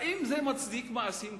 האם זה מצדיק מעשים כאלה?